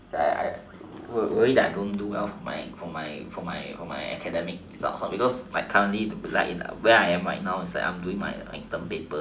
that I worry that I don't do well for my for my for my for my academic results because my currently to be like in where I am right now is that I'm doing my term papers and all that